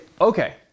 okay